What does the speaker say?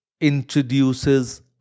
introduces